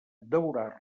devorar